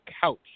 couch